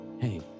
Hey